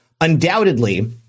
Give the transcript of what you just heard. undoubtedly